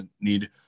need –